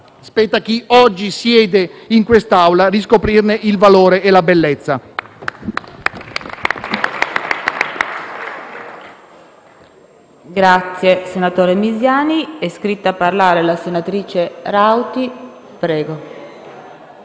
spetta a chi oggi siede in quest'Aula riscoprirne il valore e la bellezza.